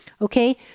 Okay